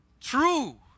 True